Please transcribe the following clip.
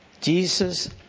Jesus